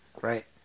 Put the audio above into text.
Right